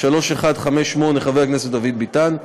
התשע"ו 2016, פ/3158/20, הצעת חבר הכנסת דוד ביטן,